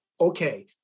okay